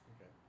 Okay